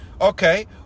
Okay